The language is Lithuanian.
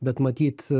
bet matyt